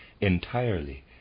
entirely